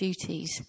duties